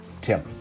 Tim